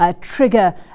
trigger